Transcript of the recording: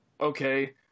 okay